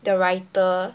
the writer